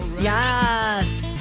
Yes